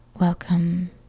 welcome